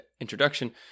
introduction